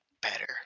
better